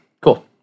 Cool